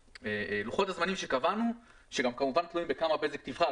לוחות הזמנים שקבענו תלויים כמובן גם בכמה אזורים בזק תבחר,